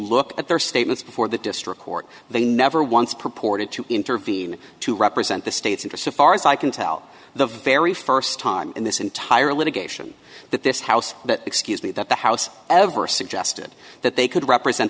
look at their statements before the district court they never once purported to intervene to represent the state's interest so far as i can tell the very the first time in this entire litigation that this house that excuse me that the house ever suggested that they could represent